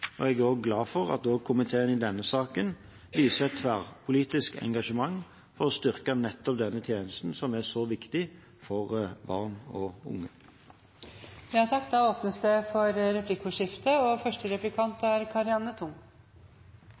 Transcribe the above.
Jeg er glad for at også komiteen i denne saken viser tverrpolitisk engasjement for å styrke nettopp denne tjenesten, som er så viktig for barn og